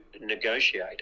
negotiate